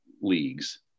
leagues